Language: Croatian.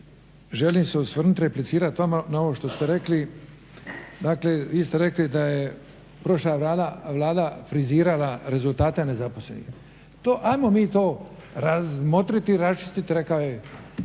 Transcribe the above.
želim se osvrnuti, replicirati vama na ovo što ste rekli, dakle vi ste rekli da je prošnja Vlada frizirala rezultate nezaposlenih. Ajmo mi to razmotriti i raščistiti kao što